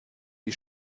die